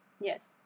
Yes